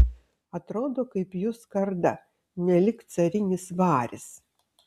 atrodo kaip jų skarda nelyg carinis varis